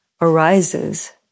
arises